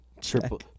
triple